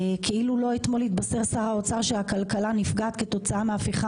כאילו לא אתמול התבשר שר האוצר שהכלכלה נפגעת כתוצאה מההפיכה